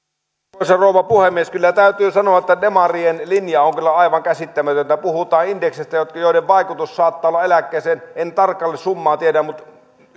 arvoisa rouva puhemies kyllä täytyy sanoa että demarien linja on kyllä aivan käsittämätön puhutaan indekseistä joiden vaikutus saattaa olla eläkkeeseen en tarkkaa summaa tiedä mutta